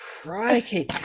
Crikey